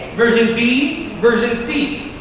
version b, version c.